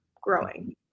growing